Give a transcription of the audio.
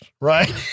right